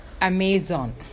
Amazon